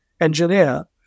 engineer